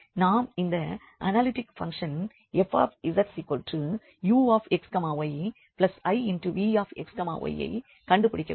நாம் இந்த analytic function fzuxyivxy ஐக் கண்டுபிடிக்க வேண்டும்